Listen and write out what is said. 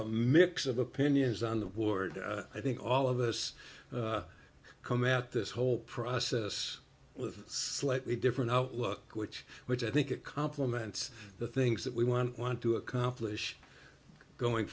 a mix of opinions on the war i think all of us come out this whole process with slightly different outlook which which i think it complements the things that we want want to accomplish going